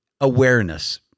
awareness